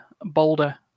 Boulder